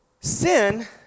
Sin